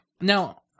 Now